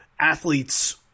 athletes